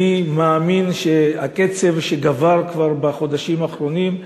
אני מאמין שהקצב שגבר כבר בחודשים האחרונים,